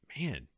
man